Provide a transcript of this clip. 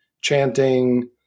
chanting